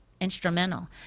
instrumental